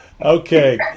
Okay